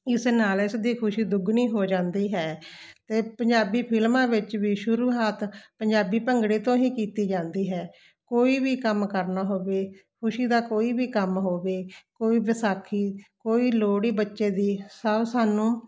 ਇਸ ਨਾਲ ਇਸਦੀ ਖੁਸ਼ੀ ਦੁੱਗਣੀ ਹੋ ਜਾਂਦੀ ਹੈ ਅਤੇ ਪੰਜਾਬੀ ਫ਼ਿਲਮਾਂ ਵਿੱਚ ਵੀ ਸ਼ੁਰੂਆਤ ਪੰਜਾਬੀ ਭੰਗੜੇ ਤੋਂ ਹੀ ਕੀਤੀ ਜਾਂਦੀ ਹੈ ਕੋਈ ਵੀ ਕੰਮ ਕਰਨਾ ਹੋਵੇ ਖੁਸ਼ੀ ਦਾ ਕੋਈ ਵੀ ਕੰਮ ਹੋਵੇ ਕੋਈ ਵਿਸਾਖੀ ਕੋਈ ਲੋਹੜੀ ਬੱਚੇ ਦੀ ਸਭ ਸਾਨੂੰ